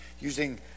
using